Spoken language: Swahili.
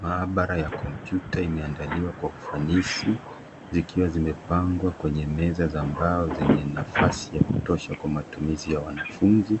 Maabara ya kompyuta imeandaliwa kwa ufanisi, zikiwa zimepangwa kwenye meza za mbao zenye nafasi ya kutosha kwa matumizi ya wanafunzi.